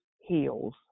heals